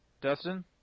Dustin